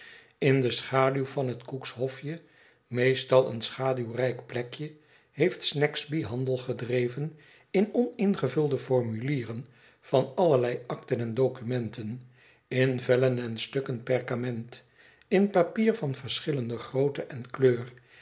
in de schaduw van het cook's hofje meestal een schaduwrijk plekje heeft snagsby handel gedreven in oningevulde formulieren yan allerlei akten en dokumenten in vellen en stukken perkement in papier van verschillende grootte en kleur